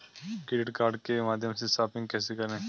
Credit card के माध्यम से शॉपिंग कैसे करें?